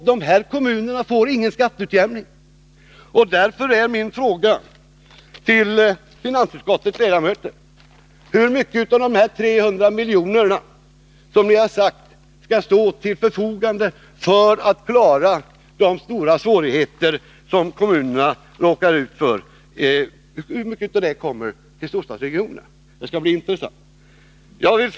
Dessa kommuner får ingen skatteutjämning. Därför är min fråga till finansutskottets borgerliga ledamöter: Hur mycket av de 300 milj.kr., som ni har sagt skall stå till kommunernas förfogande för att klara de svårigheter som de råkar ut för, kommer storstadsregionerna till godo? Det vore intressant att få veta.